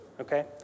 okay